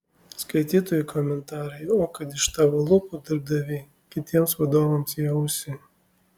skaitytojų komentarai o kad iš tavo lūpų darbdavy kitiems vadovams į ausį